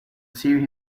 see